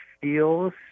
feels